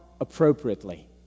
appropriately